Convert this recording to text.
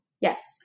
Yes